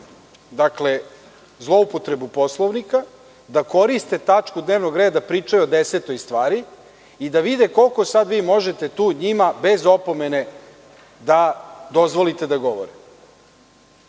da koriste zloupotrebu Poslovnika, da koriste tačku dnevnog reda, a pričaju o desetoj stvari i da vide koliko sada vi tu možete njima, bez opomene da dozvolite da govorre. Mislim